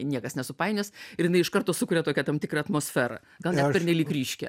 niekas nesupainios ir jinai iš karto sukuria tokią tam tikrą atmosferą gal net pernelyg ryškią